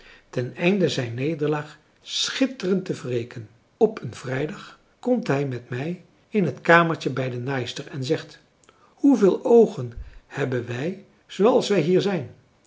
ten einde zijn nederlaag schitterend te wreken op een vrijdag komt hij met mij in het kamertje bij de naaister en zegt hoeveel oogen hebben wij zooals wij hier zijn